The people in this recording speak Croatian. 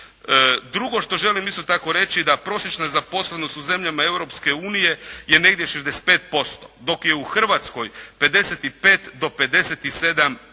Drugo što želim isto tako reći da prosječna zaposlenost u zemljama Europske unije je negdje 65% dok je u Hrvatskoj 55 do 57%